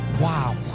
Wow